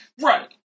Right